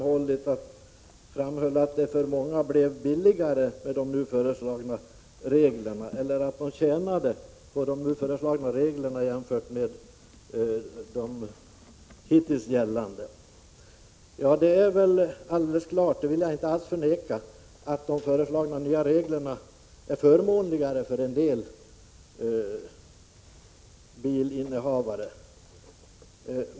Han framhöll att många skulle tjäna på de föreslagna reglerna jämfört med de hittills gällande. Jag vill inte alls bestrida att de föreslagna reglerna blir förmånligare för en del bilinnehavare.